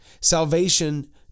Salvation